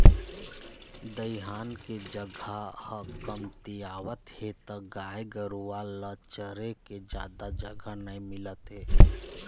दइहान के जघा ह कमतियावत हे त गाय गरूवा ल चरे के जादा जघा नइ मिलत हे